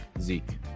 Zeke